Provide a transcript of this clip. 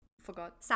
forgot